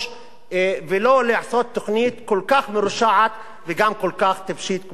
ולא לעשות תוכנית כל כך מרושעת וגם כל כך טיפשית כמו התוכנית הזאת.